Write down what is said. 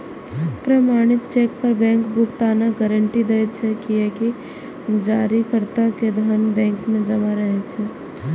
प्रमाणित चेक पर बैंक भुगतानक गारंटी दै छै, कियैकि जारीकर्ता के धन बैंक मे जमा रहै छै